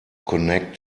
connect